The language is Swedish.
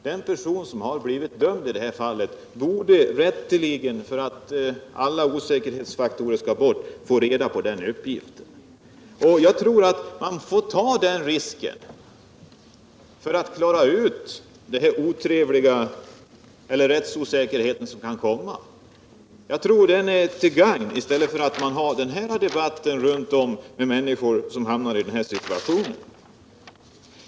Den person som blivit dömd här borde, för att få bort alla osäkerhetsfaktorer, rätteligen få uppgift om orsaken. Jag tror att man måste ta den risk som justitieministern nämnde i syfte att förhindra att rättsosäkerhet uppstår. Jag tror det skulle vara till mera gagn än en sådan här debatt runt om ämnet med människor som hamnar i denna situation.